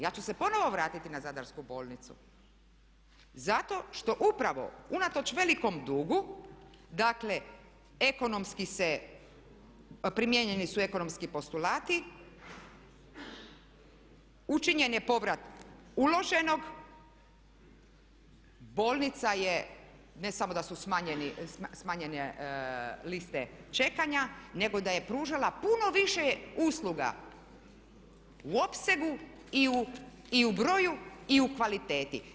Ja ću se ponovno vratiti na Zadarsku bolnicu zato što upravo unatoč velikom dugu dakle ekonomski se, primijenjeni su ekonomski postulati, učinjen je povrat uloženog, bolnica ne samo da su smanjene liste čekanja nego da je pružala puno više usluga u opsegu i u broju i u kvaliteti.